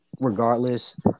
regardless